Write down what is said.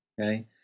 Okay